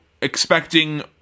expecting